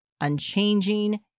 unchanging